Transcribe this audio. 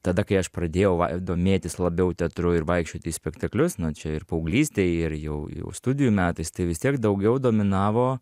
tada kai aš pradėjau domėtis labiau teatru ir vaikščiot į spektaklius nu čia ir paauglystėj ir jau jau studijų metais tai vis tiek daugiau dominavo